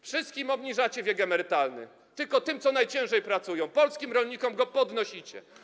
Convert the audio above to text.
Wszystkim obniżacie wiek emerytalny, tylko tym, co najciężej pracują, polskim rolnikom, go podnosicie.